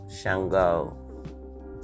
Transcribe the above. Shango